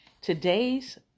Today's